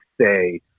say